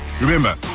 Remember